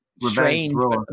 strange